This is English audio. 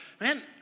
man